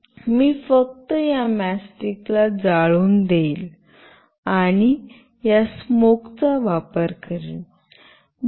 मी फक्त या मॅचस्टिकला जाळून देईन आणि या स्मोक चा वापर करीन